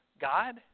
God